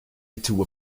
into